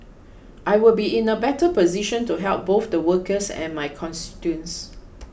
I will be in a better position to help both the workers and my constituents